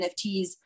NFTs